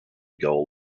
goal